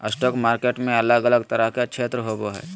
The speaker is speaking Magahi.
स्टॉक मार्केट में अलग अलग तरह के क्षेत्र होबो हइ